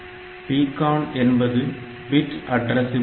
PCON என்பது bit அட்ரஸப்பில் இல்லை